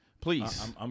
Please